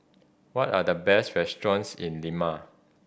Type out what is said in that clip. what are the best restaurants in Lima